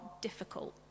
difficult